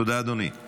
תודה, אדוני.